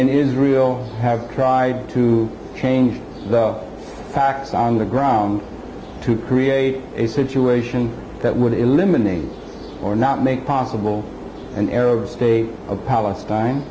in israel have tried to change the facts on the ground to create a situation that would eliminate or not make possible an arab state of palestine